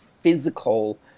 physical